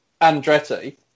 Andretti